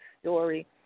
story